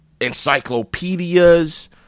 encyclopedias